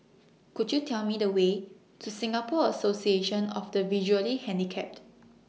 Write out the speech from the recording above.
Could YOU Tell Me The Way to Singapore Association of The Visually Handicapped